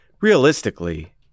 realistically